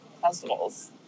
festivals